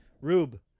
Rube